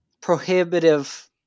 prohibitive